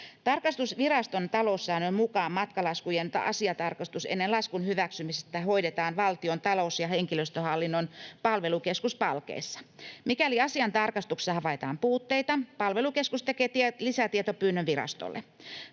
Tarkastusviraston taloussäännön mukaan matkalaskujen asiatarkastus ennen laskun hyväksymistä hoidetaan Valtion talous- ja henkilöstöhallinnon palvelukeskus Palkeissa. Mikäli asian tarkastuksessa havaitaan puutteita, palvelukeskus tekee lisätietopyynnön virastolle.